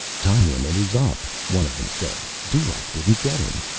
time limit is up, one of them said. dulaq didn't get him.